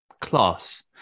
class